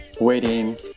waiting